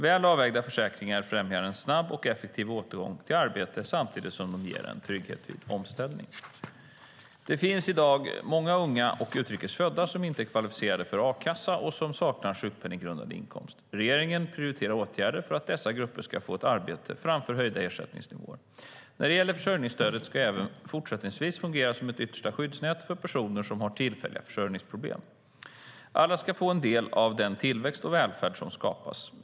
Väl avvägda försäkringar främjar snabb och effektiv återgång till arbete samtidigt som de ger trygghet vid omställning. Det finns i dag många unga och utrikes födda som inte kvalificerat sig för a-kassa och som saknar sjukpenninggrundande inkomst. Regeringen prioriterar åtgärder för att dessa grupper ska få ett arbete framför höjda ersättningsnivåer. Försörjningsstödet ska även fortsättningsvis fungera som ett yttersta skyddsnät för personer som tillfälligt har försörjningsproblem. Alla ska få del av den tillväxt och välfärd som skapas.